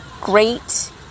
great